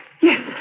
Yes